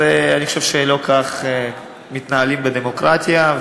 אני חושב שלא כך מתנהלים בדמוקרטיה,